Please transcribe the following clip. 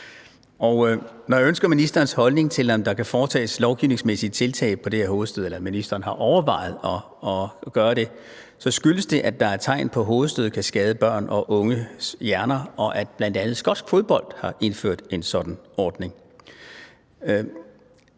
når jeg ønsker ministerens holdning til, om der kan foretages lovgivningsmæssige tiltag i forhold til det her med hovedstød, eller om ministeren har overvejet at gøre det, skyldes det, at der er tegn på, at hovedstød kan skade børn og unges hjerner, og at man bl.a. inden for skotsk fodbold har indført en sådan ordning.